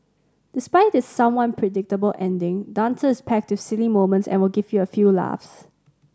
despite its someone predictable ending dancer is packed with silly moments and will give you a few laughs